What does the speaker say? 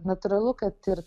natūralu kad ir